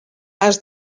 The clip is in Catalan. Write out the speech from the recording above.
has